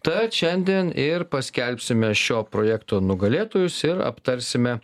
tad šiandien ir paskelbsime šio projekto nugalėtojus ir aptarsime